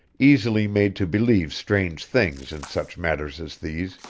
easily made to believe strange things in such matters as these,